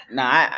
Nah